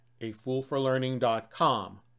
afoolforlearning.com